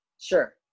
Sure